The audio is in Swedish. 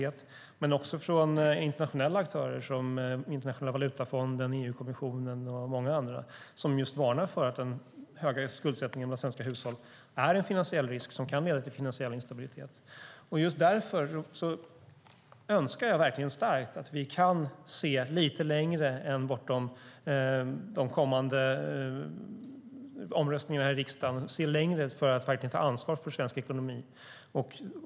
Det har även kommit varningar från internationella aktörer, som Internationella valutafonden, EU-kommissionen och många andra, som varnar för att den höga skuldsättningen hos svenska hushåll är en finansiell risk som kan leda till finansiell instabilitet. Just därför önskar jag verkligen starkt att vi kan se lite längre än bortom de kommande omröstningarna här i riksdagen. Vi borde se längre för att ta ansvar för svensk ekonomi.